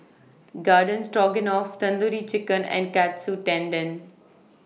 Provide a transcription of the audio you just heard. Garden Stroganoff Tandoori Chicken and Katsu Tendon